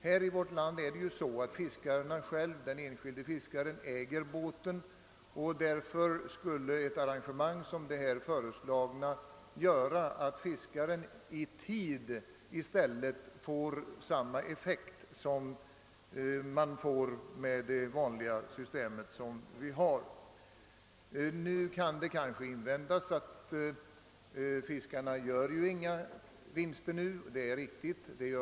Här i vårt land äger ju den enskilde fiskaren båten. Därför skulle ett arrangemang som det nu föreslagna göra att fiskaren i tid i stället får samma effekt. Det kan måhända invändas att fiskarna inte gör några vinster nu. Det är riktigt.